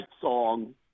song